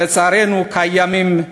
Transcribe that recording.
שלצערנו קיימים,